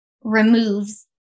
removes